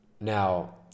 Now